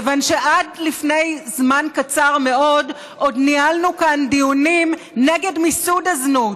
כיוון שעד לפני זמן קצר מאוד עוד ניהלנו כאן דיונים נגד מיסוד הזנות.